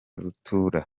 rutura